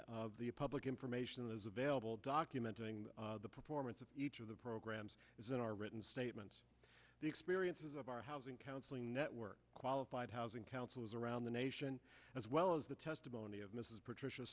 of the public information is available documenting the performance of each of the programs as in our written statements the experiences of our housing counseling network qualified housing counselors around the nation as well as the testimony of mrs patricia